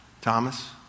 Thomas